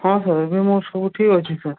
ହଁ ସାର୍ ଏବେ ମୋର ସବୁ ଠିକ୍ ଅଛି ସାର୍